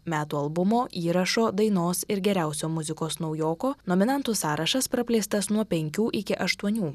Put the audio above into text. metų albumo įrašo dainos ir geriausio muzikos naujoko nominantų sąrašas praplėstas nuo penkių iki aštuonių